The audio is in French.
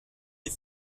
des